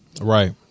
Right